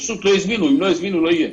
פשוט לא הזמינו; אם לא הזמינו, לא יהיה.